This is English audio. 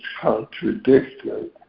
contradicted